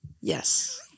yes